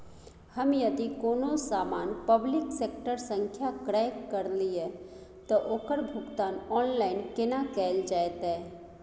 हम यदि कोनो सामान पब्लिक सेक्टर सं क्रय करलिए त ओकर भुगतान ऑनलाइन केना कैल जेतै?